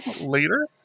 later